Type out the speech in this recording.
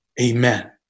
amen